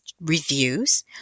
reviews